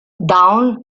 down